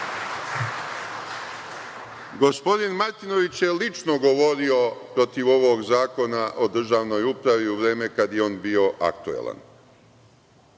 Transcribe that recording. Gospodin Martinović je ličino govorio protiv ovog Zakona o državnoj upravi u vreme kada je on bio aktuelan,